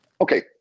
Okay